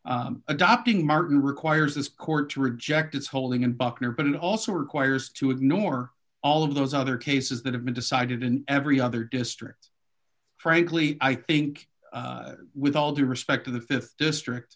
dorsey adopting martin requires this court to reject its holding and buckner but it also requires to ignore all of those other cases that have been decided in every other districts frankly i think with all due respect to the th district